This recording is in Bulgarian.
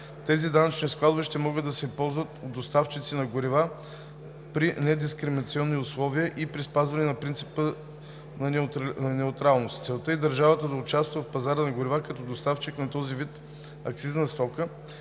Тези данъчни складове ще могат да се ползват от доставчиците на горива при недискриминационни условия и при спазване на принципа на неутралност. Целта е държавата да участва на пазара на горива като доставчик на този вид акцизна стока,